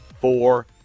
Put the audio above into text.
four